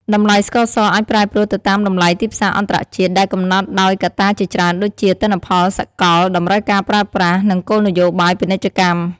តម្លៃស្ករសអាចប្រែប្រួលទៅតាមតម្លៃទីផ្សារអន្តរជាតិ ដែលកំណត់ដោយកត្តាជាច្រើនដូចជា ទិន្នផលសកល តម្រូវការប្រើប្រាស់ និងគោលនយោបាយពាណិជ្ជកម្ម។